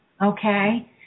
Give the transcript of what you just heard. Okay